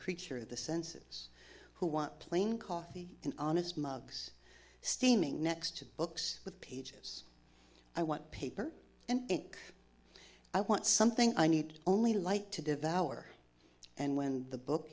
creature of the senses who want plain coffee and honest mugs steaming next to books with pages i want paper and ink i want something i need only light to devour and when the book